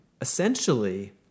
essentially